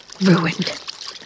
Ruined